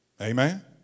Amen